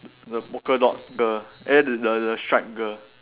the polka dot girl eh the the stripe girl